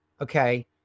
okay